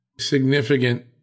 significant